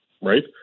right